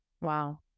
Wow